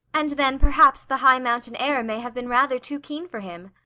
and then perhaps the high mountain air may have been rather too keen for him.